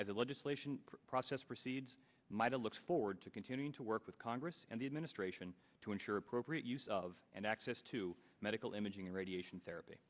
the legislation process proceeds my to look forward to continuing to work with congress and the administration to ensure appropriate use of and access to medical imaging and radiation therapy